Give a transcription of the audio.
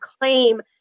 claim